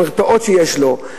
המרפאות שיש לו,